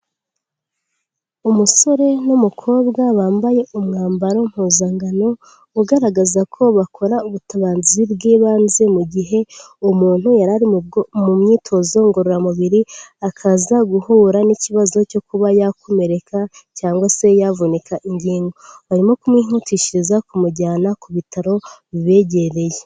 Umusore n'umukobwa bambaye umwambaro mpuzankano, ugaragaza ko bakora ubutabazi bw'ibanze mu gihe umuntu yari ari mu myitozo ngororamubiri, akaza guhura n'ikibazo cyo kuba yakomereka, cyangwa se yavunika ingingo, barimo kumwihutishiriza kumujyana ku bitaro bibegereye.